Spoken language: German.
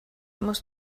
muss